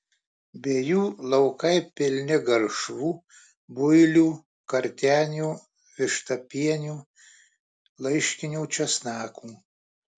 be jų laukai pilni garšvų builių kartenių vištapienių laiškinių česnakų